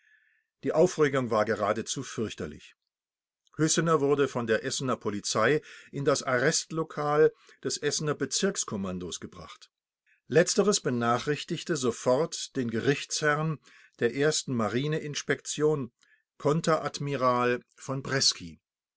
die aufregung war geradezu fürchterlich hüssener wurde von der essener polizei in das arrestlokal des essener bezirkskommandos gebracht letzteres benachrichtigte sofort den gerichtsherrn herrn der ersten marine inspektion konter admiral v bresky